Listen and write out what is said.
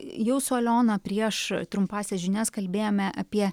jau su aliona prieš trumpąsias žinias kalbėjome apie